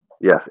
Yes